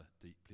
deeply